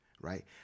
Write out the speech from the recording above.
right